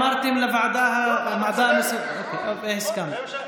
אמרתם לוועדה המסדרת והסכמתי,